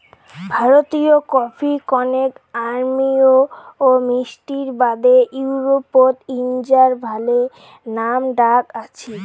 ভারতীয় কফি কণেক অম্লীয় ও মিষ্টির বাদে ইউরোপত ইঞার ভালে নামডাক আছি